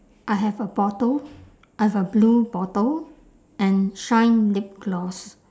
I have a bottle I have a blue bottle and shine lip gloss